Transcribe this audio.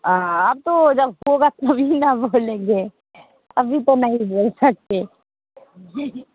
अब तो जब होगा तभी ना बोलेंगे अभी तो नहीं बोल सकते जी